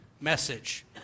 message